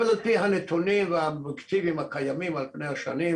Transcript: אבל על פי נתונים אובייקטיביים הקיימים על פני השנים,